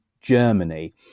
Germany